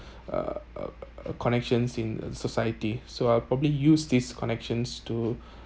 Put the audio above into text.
a a a connections in a society so I probably use these connections to